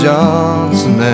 Johnson